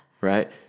right